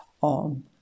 on